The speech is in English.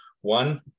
one